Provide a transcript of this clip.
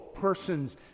persons